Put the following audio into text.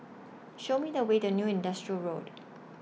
Show Me The Way to New Industrial Road